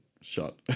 shot